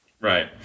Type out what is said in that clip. right